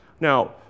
Now